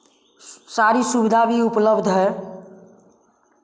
सारी सुविधा भी उपलब्ध है